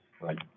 Right